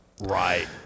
Right